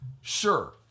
sure